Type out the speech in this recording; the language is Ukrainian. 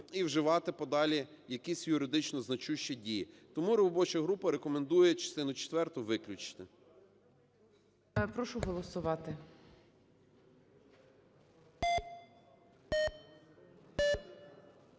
і вживати подалі якісь юридично значущі дії. Тому робоча група рекомендує частину четверту виключити.